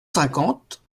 cinquante